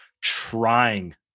trying